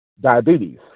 diabetes